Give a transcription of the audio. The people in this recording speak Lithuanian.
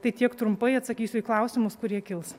tai tiek trumpai atsakysiu į klausimus kurie kils